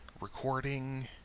recording